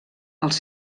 els